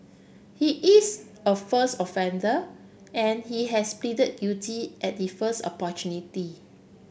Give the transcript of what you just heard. he is a first offender and he has pleaded guilty at the first opportunity